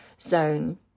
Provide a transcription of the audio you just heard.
zone